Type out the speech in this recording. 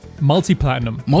Multi-platinum